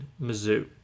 Mizzou